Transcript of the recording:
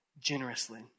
generously